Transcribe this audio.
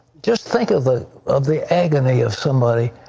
just think of the of the agony of somebody,